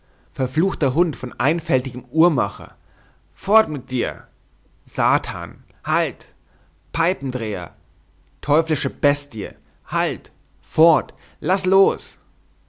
verfluchter hund von einfältigem uhrmacher fort mit dir satan halt peipendreher teuflische bestie halt fort laß los